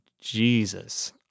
Jesus